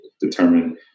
determine